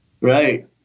Right